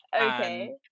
Okay